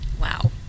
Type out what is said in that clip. Wow